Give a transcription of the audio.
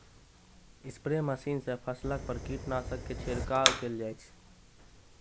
spray machine सं फसल पर कीटनाशक के छिड़काव कैल जाइ छै